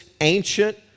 ancient